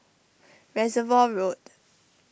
Reservoir Road